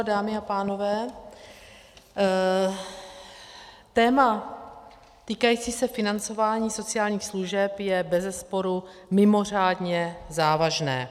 Dámy a pánové, téma týkající se financování sociálních služeb je bezesporu mimořádně závažné.